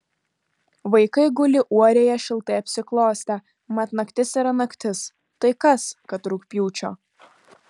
vaikai guli uorėje šiltai apsiklostę mat naktis yra naktis tai kas kad rugpjūčio